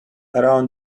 around